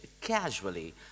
casually